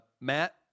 Matt